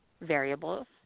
variables